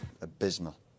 abysmal